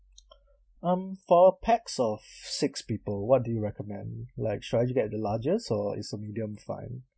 um for pax of six people what do you recommend like shall I get the largest or is the medium fine